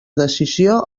decisió